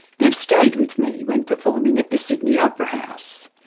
they stayed with me when performing at the sydney opera house.